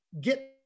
get